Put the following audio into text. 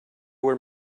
where